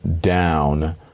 down